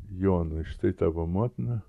jonui štai tavo motina